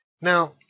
Now